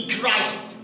Christ